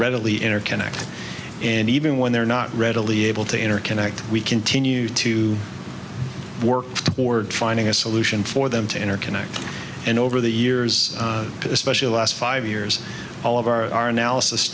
readily interconnect and even when they're not readily able to interconnect we continue to work toward finding a solution for them to interconnect and over the years especially last five years all of our analysis